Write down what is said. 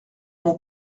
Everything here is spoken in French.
mon